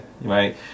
right